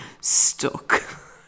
stuck